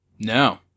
No